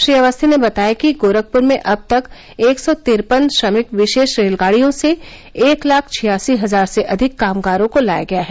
श्री अवस्थी ने बताया कि गोरखपुर में अब तक एक सौ तिरपन श्रमिक विशेष रेलगाड़ियों से एक लाख छियासी हजार से अधिक कामगारों को लाया गया है